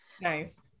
nice